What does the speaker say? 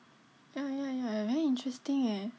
ya ya ya very interesting eh